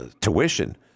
tuition